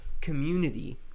community